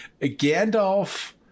Gandalf